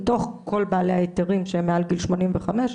מתוך כל בעלי ההיתרים שהם מעל גיל שמונים וחמש,